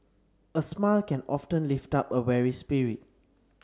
a smile can often lift up a weary spirit